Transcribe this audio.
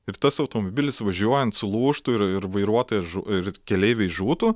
ir tas automobilis važiuojant sulūžtų ir ir vairuotojas žu ir keleiviai žūtų